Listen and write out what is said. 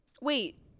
Wait